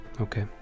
Okay